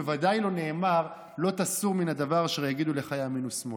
בוודאי לא נאמר "לא תסור מן הדבר אשר יגידו לך ימין ושמאל".